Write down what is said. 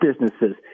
businesses